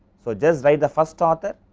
so, just write the first author,